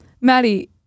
maddie